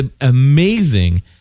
amazing